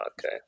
Okay